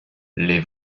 les